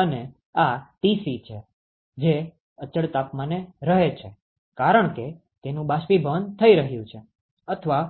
અને આ Tc છે જે અચળ તાપમાને રહે છે કારણ કે તેનુ બાષ્પીભવન થઈ રહ્યું છે અથવા